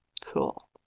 Cool